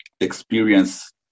experience